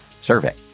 survey